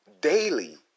daily